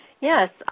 Yes